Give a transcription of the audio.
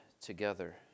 together